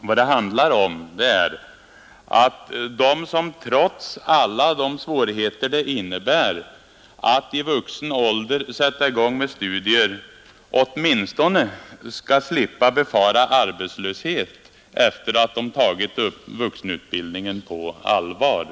Vad det handlar om är att de som trots alla svårigheter det innebär att i vuxen ålder sätta i gång med studier åtminstone kan slippa befara arbetslöshet efter att ha tagit vuxenutbildningen på allvar.